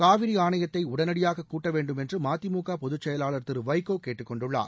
காவிரி ஆணையத்தை உடனடியாக கூட்ட வேண்டும் என்று மதிமுக பொதுச்செயலாளர் திரு வைகோ கேட்டுக்கொண்டுள்ளார்